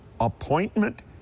appointment